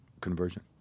conversion